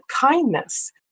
kindness